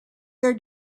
their